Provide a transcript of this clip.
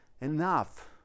enough